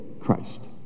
Christ